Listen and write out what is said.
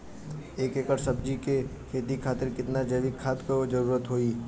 एक एकड़ सब्जी के खेती खातिर कितना जैविक खाद के जरूरत होई?